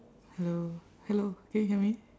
hello hello can you hear me